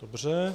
Dobře.